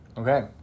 Okay